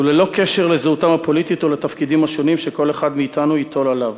ללא קשר לזהותם הפוליטית או לתפקידים השונים שכל אחד מאתנו ייטול עליו,